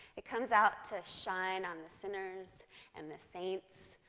it comes out to shine on the sinners, and the saints,